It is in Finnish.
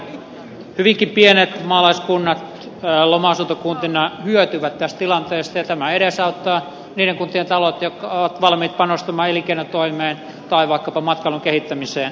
päinvastoin monet hyvinkin pienet maalaiskunnat loma asuntokuntina hyötyvät tästä tilanteesta ja tämä edesauttaa niiden kuntien taloutta jotka ovat valmiit panostamaan elinkeinotoimeen tai vaikkapa matkailun kehittämiseen